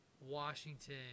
Washington